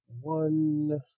one